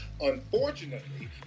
Unfortunately